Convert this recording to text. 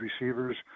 receivers